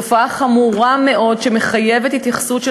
תופעה חמורה מאוד שמחייבת התייחסות של